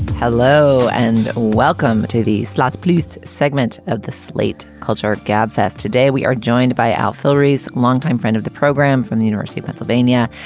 hello and welcome to these slots, please segment of the slate culture gabfest today we are joined by al filreis, longtime friend of the program from the university of pennsylvania,